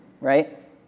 right